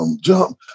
jump